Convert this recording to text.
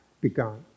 begun